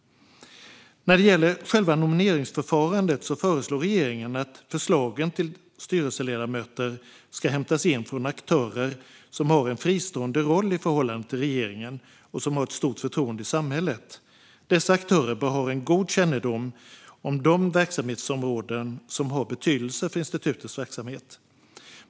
När det gäller själva nomineringsförfarandet föreslår regeringen att förslagen till styrelseledamöter ska hämtas in från aktörer som har en fristående roll i förhållande till regeringen och som har ett stort förtroende i samhället. Dessa aktörer bör ha en god kännedom om de verksamhetsområden som har betydelse för institutets verksamhet.